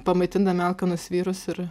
pamaitindami alkanus vyrus ir